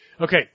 Okay